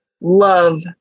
love